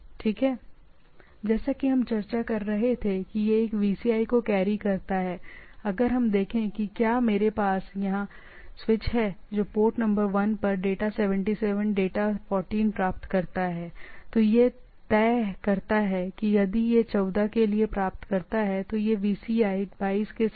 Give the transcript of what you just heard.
इसलिए जैसा कि हम चर्चा कर रहे थे कि यह एक VCI को कैरी करता है अगर हम देखें कि क्या मेरे पास यहां स्विच है जो पोर्ट नंबर 1 पर डेटा 77 डेटा 14 प्राप्त करता है तो यह तय करता है कि यदि यह 14 के लिए प्राप्त करता है तो यह इसे पोर्ट नंबर 3 पर धकेल देगा एक VCI 22 के साथ